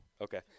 Okay